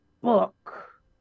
book